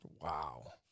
Wow